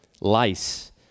lice